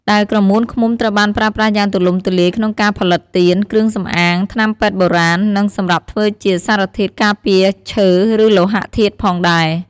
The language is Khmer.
ដែលក្រមួនឃ្មុំត្រូវបានប្រើប្រាស់យ៉ាងទូលំទូលាយក្នុងការផលិតទៀន គ្រឿងសម្អាង ថ្នាំពេទ្យបុរាណ និងសម្រាប់ធ្វើជាសារធាតុការពារឈើ ឬលោហៈធាតុផងដេរ។